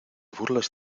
burlas